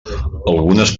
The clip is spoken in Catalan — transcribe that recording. algunes